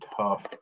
tough